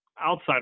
outside